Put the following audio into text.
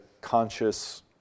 conscious